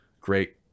great